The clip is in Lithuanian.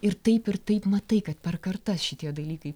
ir taip ir taip matai kad per kartas šitie dalykai